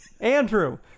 Andrew